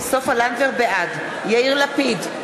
בעד יאיר לפיד,